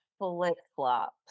flip-flops